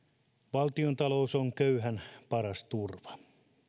valtiontalous on köyhän paras turva